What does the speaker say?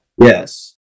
Yes